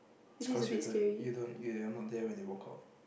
it's cos you were the you don't you're not there when they walk out